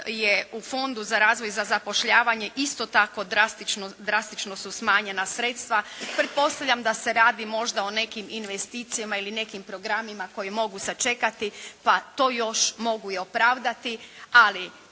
u Fondu za razvoj i za zapošljavanje isto tako drastično su smanjena sredstva. Pretpostavljam da se radi možda o nekim investicijama ili nekim programima koji mogu sačekati pa to još mogu i opravdati, ali